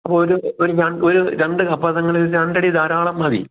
അപ്പോൾ ഒരു ഒരു ഒരു രണ്ട് കപ്പ രണ്ട് അടി ധാരാളം മതി